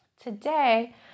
Today